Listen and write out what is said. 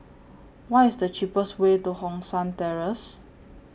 What IS The cheapest Way to Hong San Terrace